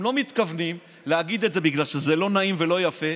הם לא מתכוונים להגיד את זה בגלל שזה לא נעים ולא יפה.